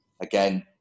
again